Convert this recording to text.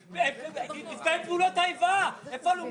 מתאם פעולות האיבה, איפה הלומי הקרב?